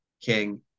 King